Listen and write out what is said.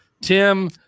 Tim